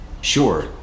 Sure